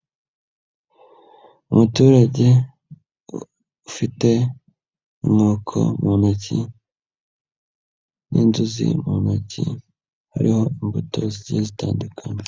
Umuturage ufite inkoko mu ntoki n'inzuzi mu ntoki, hariho imbuto zigiye zitandukanye.